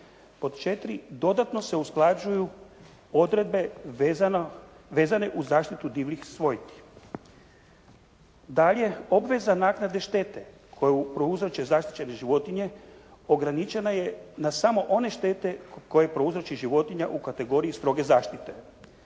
Pod 4. Dodatno se usklađuju odredbe vezane uz zaštitu divljih svojti. Dalje, obveza naknade štete koju prouzroče zaštićene životinje ograničena je na samo one štete koje prouzroči životinja u kategoriji stroge zaštite.